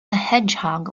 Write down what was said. hedgehog